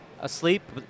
asleep